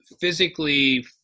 physically